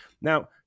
Now